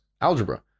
algebra